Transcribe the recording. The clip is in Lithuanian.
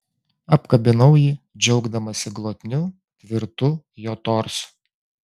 apkabinau jį džiaugdamasi glotniu tvirtu jo torsu